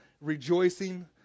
rejoicing